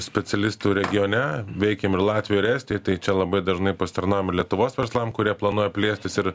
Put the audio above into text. specialistų regione veikiam ir latvijoj ir estijoj tai čia labai dažnai pasitarnaujam lietuvos verslam kurie planuoja plėstis ir